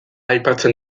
aipatzen